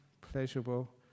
pleasurable